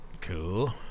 Cool